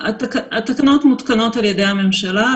התקנות מותקנות על-ידי הממשלה,